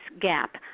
Gap